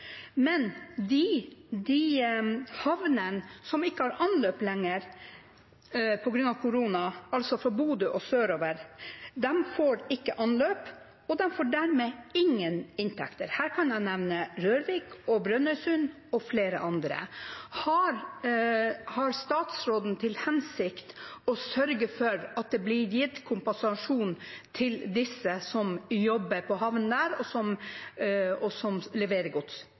men de havnene som ikke har anløp lenger på grunn av korona, altså fra Bodø og sørover, får dermed ingen inntekter. Her kan jeg nevne Rørvik og Brønnøysund og flere andre. Har statsråden til hensikt å sørge for at det blir gitt kompensasjon til dem som jobber på havnene der, og som leverer gods? Regjeringa har i dag lagt fram at me òg har generelle kompensasjonstiltak, som